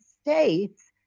states